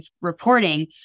reporting